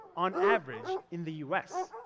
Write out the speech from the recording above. on average, in the us.